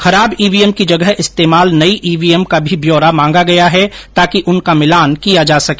खराब ईवीएम की जगह इस्तेमाल नई ईवीएम का भी ब्यौरा मांगा गया है ताकि उनका मिलान किया जा सके